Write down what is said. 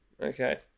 Okay